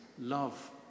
love